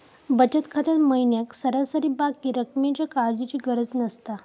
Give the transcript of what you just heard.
बचत खात्यात महिन्याक सरासरी बाकी रक्कमेच्या काळजीची गरज नसता